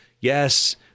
yes